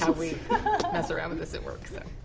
ah we mess around with this at work, so.